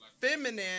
feminine